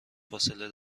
فاصله